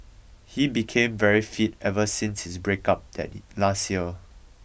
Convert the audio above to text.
he became very fit ever since his breakup last year